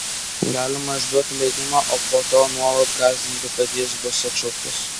galima išduoti leidimą o po to nuolat gąsdinti kad jis bus atšauktas